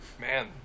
Man